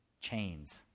chains